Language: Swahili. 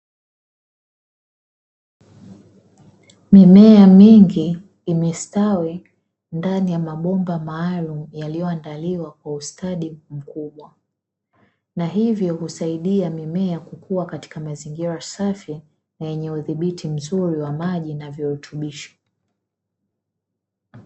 Mimea mingi imestawi ndani ya mabomba maalum yaliyoandaliwa kwa ustadi mkubwa, na hivyo husaidia mimea kukua katika mazingira safi na lenye udhibiti mzuri wa maji na virutubisho.